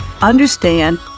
understand